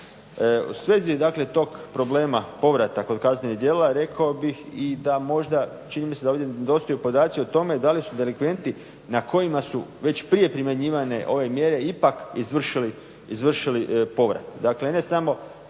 U svezi tog problema povrata kod kaznenih djela rekao bih i da možda čini mi se da ovdje nedostaju podaci o tome da li su delikventi na kojima su već prije primjenjivane ove mjere ipak izvršili povrat.